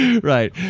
Right